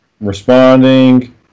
responding